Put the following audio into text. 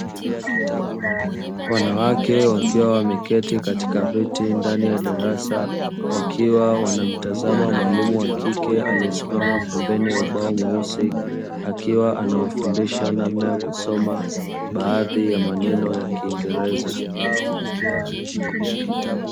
Wanawake wakiwa wameketi katika viti ndani ya darasa wakiwa wanamtazama mwalimu wa kike aliyesimama pembeni ya ubao mweusi akiwa anawafundisha namna kusoma baadhi ya maneno ya kiingereza.